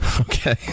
Okay